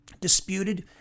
disputed